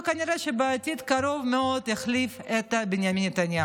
וכנראה בעתיד הקרוב מאוד יחליף את בנימין נתניהו.